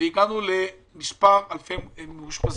ולמספר אלפי מאושפזים.